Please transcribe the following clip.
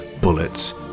bullets